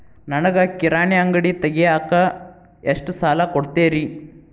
ನನಗ ಕಿರಾಣಿ ಅಂಗಡಿ ತಗಿಯಾಕ್ ಎಷ್ಟ ಸಾಲ ಕೊಡ್ತೇರಿ?